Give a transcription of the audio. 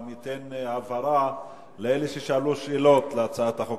גם ייתן הבהרה לאלה ששאלו שאלות על הצעת החוק.